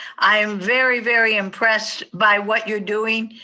i'm very, very impressed by what you're doing.